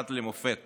משרד למופת